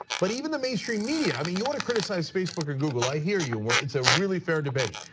but even the mainstream media, i mean, you wanna criticize facebook or google, i hear you and where it's a really fair debate.